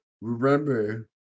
remember